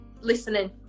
listening